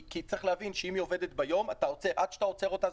צריך להבין שאם היא עובדת ביום עד שאתה עוצר אותה,